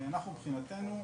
מבחינתנו,